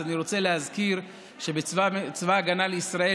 אז אני רוצה להזכיר שבצבא הגנה לישראל